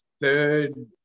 third